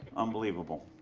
unbelievable.